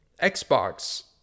Xbox